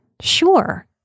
Sure